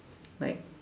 like